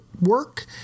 work